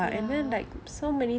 ya